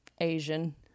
Asian